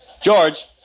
George